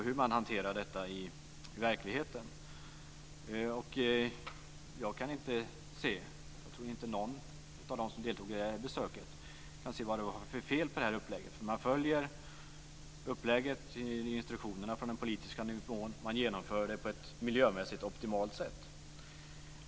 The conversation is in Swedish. Jag kan inte se, och det tror jag inte heller att någon av dem som deltog i besöket kan se, vad det var för fel på denna uppläggning. Man följer uppläggningen i instruktionerna från den politiska nivån, och man genomför det på ett miljömässigt optimalt sätt.